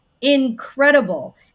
incredible